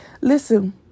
Listen